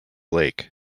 lake